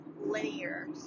linear